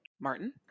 Martin